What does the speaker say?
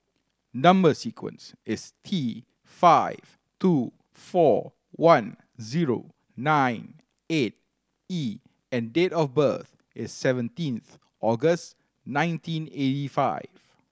number sequence is T five two four one zero nine eight E and date of birth is seventeen August nineteen eighty five